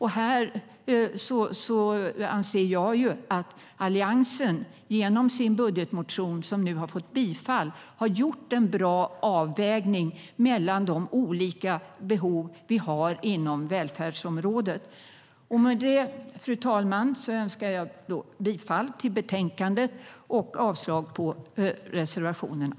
Här anser jag att Alliansen genom sin budgetmotion, som nu har bifallits, har gjort en bra avvägning mellan de olika behov som finns inom välfärdsområdet.